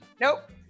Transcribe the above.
Nope